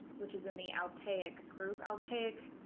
which is in the altaic group altaic